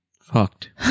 fucked